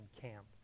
camp